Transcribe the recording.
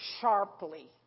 sharply